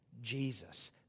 jesus